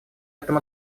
этом